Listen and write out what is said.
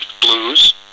blues